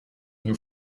nous